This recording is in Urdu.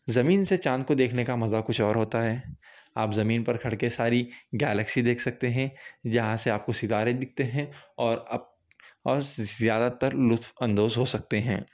زمین سے چاند کو دیکھنے کا مزہ کچھ اور ہوتا ہے آپ زمین پر کھڑکے ساری گیلسکی دیکھ سکتے ہیں جہاں سے آپ کو ستارے دکھتے ہیں اور اپ زیادہ تر لطف اندوز ہو سکتے ہیں